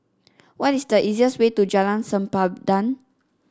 what is the easiest way to Jalan Sempadan